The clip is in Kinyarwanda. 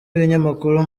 ibinyamakuru